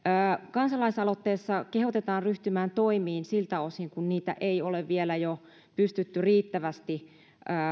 kansalaisaloitteessa kehotetaan ryhtymään toimiin siltä osin kuin siitä ei ole vielä pystytty riittävästi